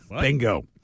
Bingo